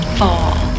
fall